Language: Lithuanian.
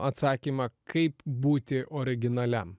atsakymą kaip būti originaliam